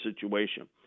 situation